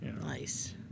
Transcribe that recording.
Nice